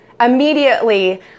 immediately